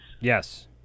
Yes